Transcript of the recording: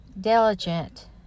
diligent